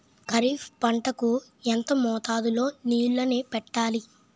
ఖరిఫ్ పంట కు ఎంత మోతాదులో నీళ్ళని పెట్టాలి?